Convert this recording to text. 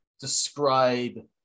describe